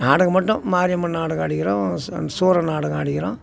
நாடகம் மட்டும் மாரியம்மன் நாடகம் ஆடிக்கிறோம் சம் சூர நாடகம் ஆடிக்கிறோம்